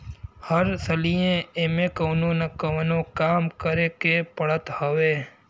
हर सलिए एमे कवनो न कवनो काम करे के पड़त हवे